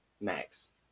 Max